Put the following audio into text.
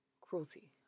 cruelty